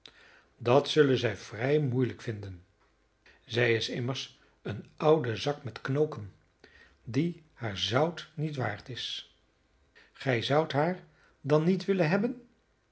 dat zullen zij vrij moeielijk vinden zij is immers een oude zak met knokken die haar zout niet waard is gij zoudt haar dan niet willen hebben